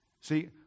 See